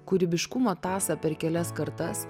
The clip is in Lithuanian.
kūrybiškumo tąsą per kelias kartas